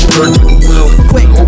Quick